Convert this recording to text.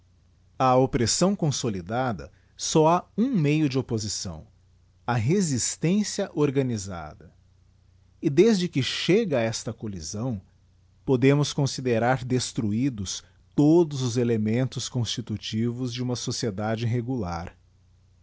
a oppressão consolidada só ha nm meio de opposição a resistência organisada e desde que chega esta collisão podemos considerar destruídos todos os elementos constitutivos de uma sociedade regular